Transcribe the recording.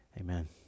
amen